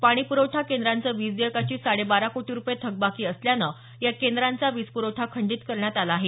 पाणी प्रवठा केंद्रांचं वीजदेयकाची साडे बारा कोटी रुपये थकबाकी असल्यानं या केंद्रांचा वीजप्रवठा खंडित करण्यात आला आहे